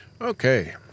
okay